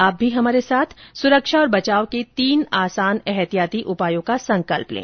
आप भी हमारे साथ सुरक्षा और बचाव के तीन आसान एहतियाती उपायों का संकल्प लें